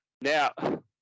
Now